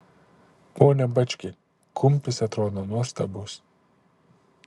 pone bački kumpis atrodo nuostabus